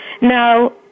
Now